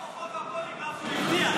איפה חוק הפוליגרף שהוא הבטיח?